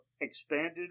expanded